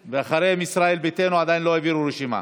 אחריהם, ישראל ביתנו, שעדיין לא הביאו רשימה.